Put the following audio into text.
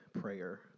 prayer